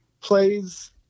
plays